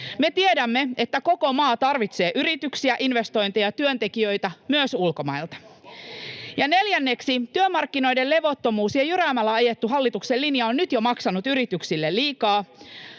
Me tiedämme, että koko maa tarvitsee yrityksiä, investointeja ja työntekijöitä myös ulkomailta. Neljänneksi työmarkkinoiden levottomuus ja jyräämällä ajettu hallituksen linja on nyt jo maksanut yrityksille liikaa.